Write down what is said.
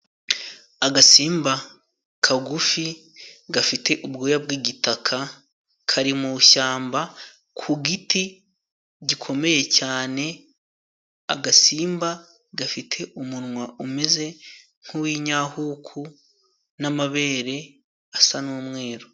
Agasimba kagufi, gafite ubwoya bw'igitaka, kari mu shyamba, ku giti gikomeye cyane. Agasimba gafite umunwa umeze nk'uw'inyahuku, n'amabere asa n'umweru.